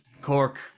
Cork